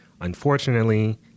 unfortunately